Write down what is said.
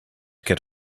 get